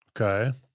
Okay